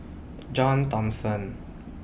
John Thomson